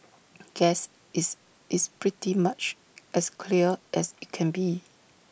guess it's it's pretty much as clear as IT can be